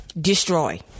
destroy